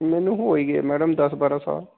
ਮੈਨੂੰ ਹੋ ਹੀ ਗਏ ਮੈਡਮ ਦਸ ਬਾਰ੍ਹਾਂ ਸਾਲ